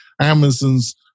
Amazon's